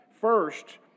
First